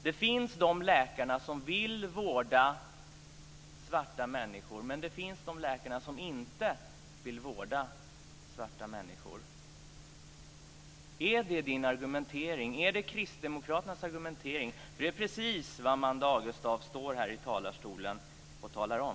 Det finns läkare som vill vårda svarta människor, men det finns också läkare som inte vill vårda svarta människor. Är det Amanda Agestavs och Kristdemokraternas argumentering? Det är nämligen precis vad Amanda Agestav står här i talarstolen och talar om.